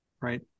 right